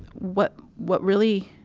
what, what really